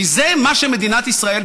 כי זה מה שמדינת ישראל,